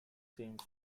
same